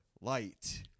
light